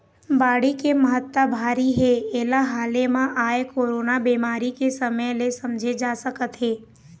बाड़ी के महत्ता भारी हे एला हाले म आए कोरोना बेमारी के समे ले समझे जा सकत हे